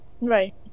Right